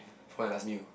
for your last meal